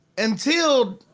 until